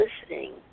listening